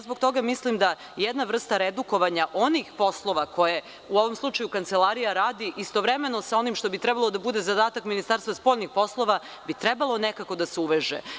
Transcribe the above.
Zbog toga mislim da jedna vrsta redukovanja onih poslova koje u ovom slučaju Kancelarija radi, istovremeno sa onim što bi trebalo da bude zadatak Ministarstva spoljnih poslova, bi trebalo nekako da se uveže.